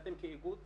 שאתם כאיגוד,